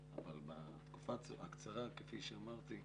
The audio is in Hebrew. אבל בתקופה הקצרה, כפי שאמרתי,